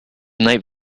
night